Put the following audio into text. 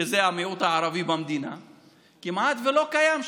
שזה המיעוט הערבי במדינה כמעט ולא קיים שם.